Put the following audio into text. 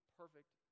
perfect